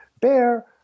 Bear